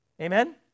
Amen